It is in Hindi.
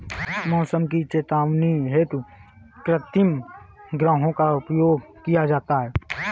मौसम की चेतावनी हेतु कृत्रिम उपग्रहों का प्रयोग किया जाता है